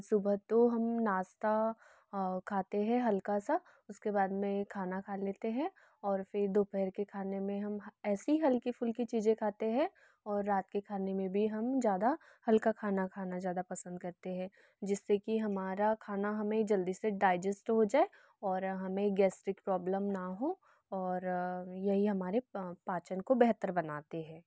सुबह तो हम नाश्ता खाते हैं हल्का सा उसके बाद में खाना खा लेते हैं और फिर दोपहर के खाने में हम ऐसी ही हल्की फुलकी चीज़े खाते हैं और रात के खाने में भी हम ज़्यादा हल्का खाना खाना ज़्यादा पसंद करते हैं जिससे कि हमारा खाना हमें जल्दी से डिजेस्ट हो जाए और हमें गैसट्रिक प्रॉबलम ना हो और यही हमारे पाचन को बेहतर बनाते हैं